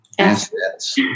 Assets